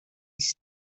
است